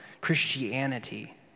Christianity